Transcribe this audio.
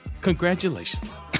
congratulations